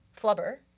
flubber